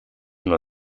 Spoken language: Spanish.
uno